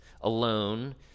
alone